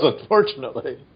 unfortunately